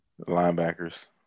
Linebackers